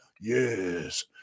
Yes